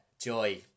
joy